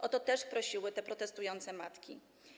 O to też prosiły te protestujące matki.